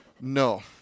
no